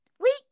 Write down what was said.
week